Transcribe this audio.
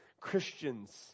christians